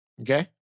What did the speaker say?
okay